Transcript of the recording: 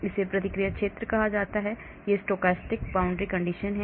इसे प्रतिक्रिया क्षेत्र कहा जाता है यह stochastic boundary condition स्थिति है